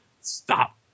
stop